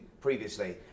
previously